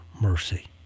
mercy